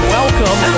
welcome